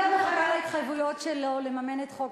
אני עוד מחכה להתחייבויות שלו לממן את חוק